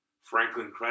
Franklin